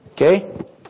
Okay